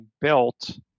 built